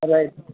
ஆ right